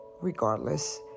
regardless